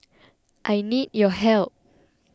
I need your help